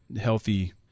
healthy